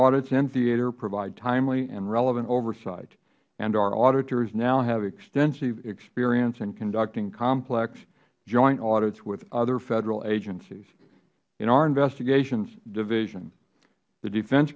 audits in theater provide timely and relevant oversight and our auditors now have extensive experience in conducting complex joint audits with other federal agencies in our investigations division the defense